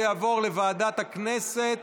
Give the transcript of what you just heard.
זה יעבור לוועדת הכנסת